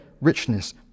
richness